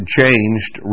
changed